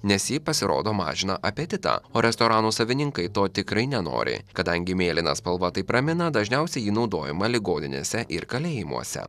nes ji pasirodo mažina apetitą o restoranų savininkai to tikrai nenori kadangi mėlyna spalva taip ramina dažniausiai ji naudojama ligoninėse ir kalėjimuose